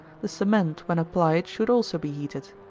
the cement, when applied, should also be heated.